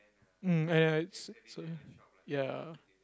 mm and uh it's a it's a ya